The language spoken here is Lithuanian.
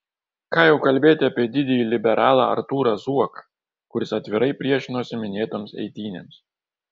ką jau kalbėti apie didįjį liberalą artūrą zuoką kuris atvirai priešinosi minėtoms eitynėms